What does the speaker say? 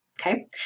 Okay